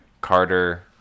Carter